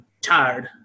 tired